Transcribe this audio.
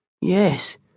Yes